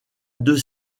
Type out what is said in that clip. deux